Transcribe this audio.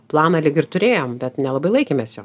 planą lyg ir turėjom bet nelabai laikėmės